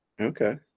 okay